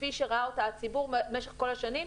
כפי שראה אותה הציבור במשך כל השנים,